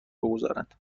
بگذارند